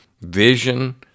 vision